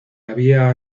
había